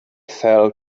fell